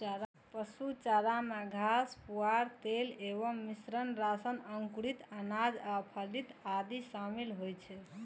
पशु चारा मे घास, पुआर, तेल एवं मिश्रित राशन, अंकुरित अनाज आ फली आदि शामिल होइ छै